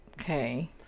Okay